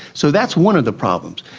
so that's one of the problems.